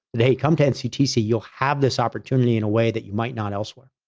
they come to nctc, you'll have this opportunity in a way that you might not elsewhere.